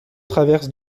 traverse